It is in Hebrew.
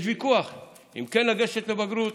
יש ויכוח אם כן לגשת לבגרות,